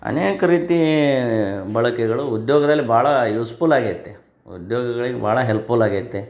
ಅನೇಕ ರೀತಿ ಬಳಕೆಗಳು ಉದ್ಯೋಗದಲ್ಲಿ ಭಾಳ ಯೂಸ್ಪುಲ್ ಆಗೈತಿ ಉದ್ಯೋಗಿಗಳಿಗೆ ಭಾಳ ಹೆಲ್ಪುಲ್ ಆಗೈತೆ